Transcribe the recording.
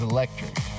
Electric